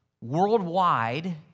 worldwide